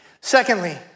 Secondly